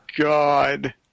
God